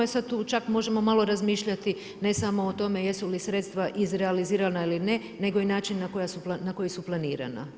E sada tu čak možemo malo razmišljati ne samo o tome jesu li sredstva izrealizirana ili ne nego i način na koji su planirana.